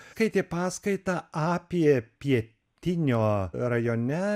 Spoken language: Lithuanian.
skaitė paskaitą apie pietinio rajone